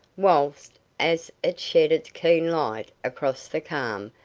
whilst as it shed its keen light across the calm,